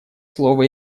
слово